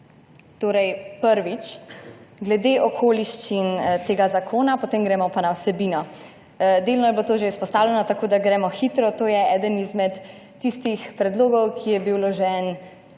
Najprej glede okoliščin tega zakona, potem gremo pa na vsebino. Delno je bilo to že izpostavljeno, tako da gremo hitro. To je eden izmed tistih predlogov, ki je bil vložen